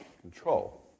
control